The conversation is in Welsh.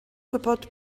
gwybod